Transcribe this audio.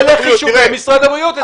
אלה החישובים של משרד הבריאות.